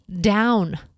down